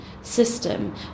system